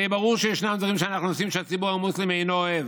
הרי ברור שישנם דברים שאנחנו עושים שהציבור המוסלמי אינו אוהב,